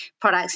products